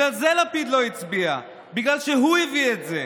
בגלל זה לפיד לא הצביע, בגלל שהוא הביא את זה,